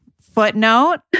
footnote